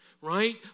right